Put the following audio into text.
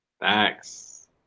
Thanks